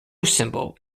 symbol